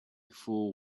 fool